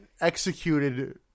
executed